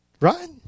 right